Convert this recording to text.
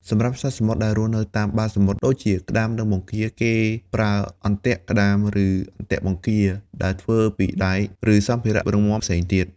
សម្រាប់សត្វសមុទ្រដែលរស់នៅតាមបាតសមុទ្រដូចជាក្តាម និងបង្គា គេប្រើ អន្ទាក់ក្តាម ឬអន្ទាក់បង្គា ដែលធ្វើពីដែក ឬសម្ភារៈរឹងមាំផ្សេងទៀត។